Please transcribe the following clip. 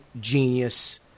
genius